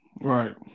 Right